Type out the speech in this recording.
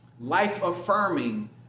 life-affirming